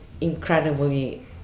incredibly